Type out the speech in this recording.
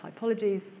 typologies